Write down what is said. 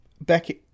back